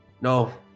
No